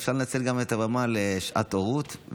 אפשר לנצל גם את הבמה לשעת הורות.